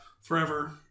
forever